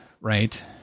right